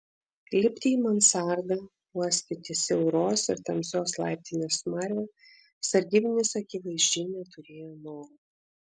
lipti į mansardą uostyti siauros ir tamsios laiptinės smarvę sargybinis akivaizdžiai neturėjo noro